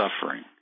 suffering